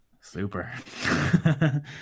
Super